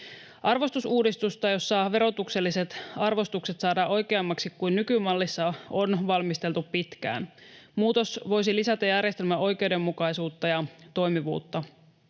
Arvostusuudistusta, jossa verotukselliset arvostukset saadaan oikeammiksi kuin nykymallissa, on valmisteltu pitkään. Muutos voisi lisätä järjestelmän oikeudenmukaisuutta ja toimivuutta.